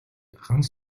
ганц